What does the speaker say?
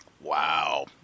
Wow